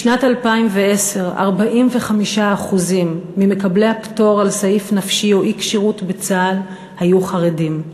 בשנת 2010 45% ממקבלי הפטור על סעיף נפשי או אי-כשירות בצה"ל היו חרדים.